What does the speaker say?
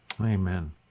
Amen